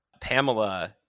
pamela